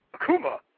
Akuma